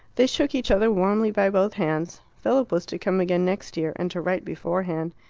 they shook each other warmly by both hands. philip was to come again next year, and to write beforehand.